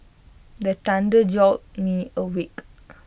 the thunder jolt me awake